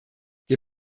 wir